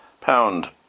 Pound